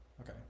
Okay